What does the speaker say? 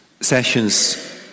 sessions